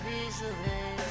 easily